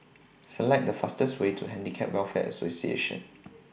Select The fastest Way to Handicap Welfare Association